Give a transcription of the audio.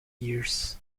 years